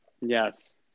yes